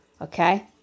okay